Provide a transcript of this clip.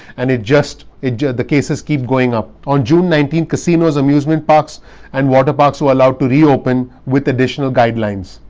and it just it the cases keep going up. on june nineteen, casinos, amusement parks and water parks were allowed to reopen with additional guidelines.